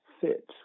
fit